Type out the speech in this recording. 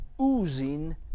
oozing